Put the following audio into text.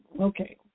Okay